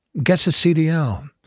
gets his cdl,